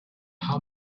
how